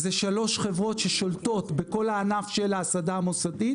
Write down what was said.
אלה שלוש חברות ששולטות בכל הענף של ההסעדה המוסדית